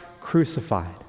crucified